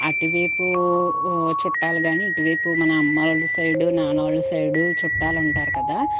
అటువైపు చుట్టాలు కానీ ఇటువైపు మన అమ్మవాళ్ళ సైడు నాన్నవాళ్ళ సైడు చుట్టాలుంటారు కదా